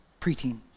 preteen